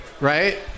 right